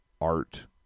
art